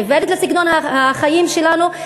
עיוורת לסגנון החיים שלנו.